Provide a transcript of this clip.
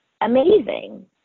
amazing